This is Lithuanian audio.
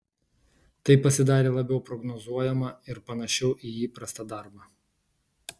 tai pasidarė labiau prognozuojama ir panašiau į įprastą darbą